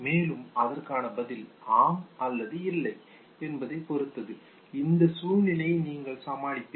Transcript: மேலும் அதற்கான பதில் ஆம் அல்லது இல்லை என்பதைப் பொறுத்து அந்த சூழ்நிலையை நீங்கள் சமாளிப்பீர்கள்